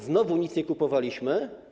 Znowu nic nie kupowaliśmy.